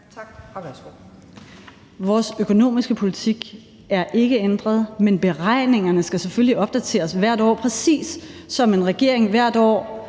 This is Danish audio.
Tak. Værsgo.